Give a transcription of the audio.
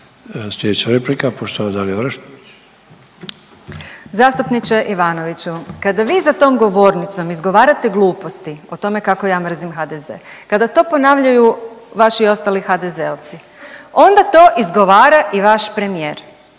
Dalija (Stranka s imenom i prezimenom)** Zastupniče Ivanoviću kada vi za tom govornicom izgovarate gluposti o tome kako ja mrzim HDZ, kada to ponavljaju vaši ostali HDZ-ovci onda to izgovara i vaš premijer,